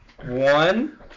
one